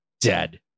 Dead